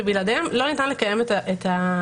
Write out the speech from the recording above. שבלעדיהם לא ניתן לקיים את הדיון.